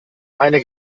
eine